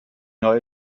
neue